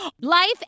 Life